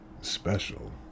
special